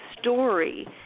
story